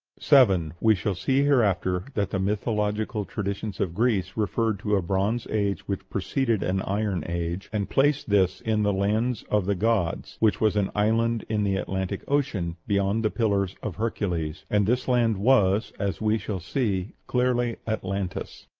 seven. we shall see hereafter that the mythological traditions of greece referred to a bronze age which preceded an iron age, and placed this in the land of the gods, which was an island in the atlantic ocean, beyond the pillars of hercules and this land was, as we shall see, clearly atlantis.